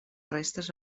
restes